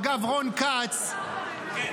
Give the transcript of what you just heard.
אגב, רון כץ -- כן.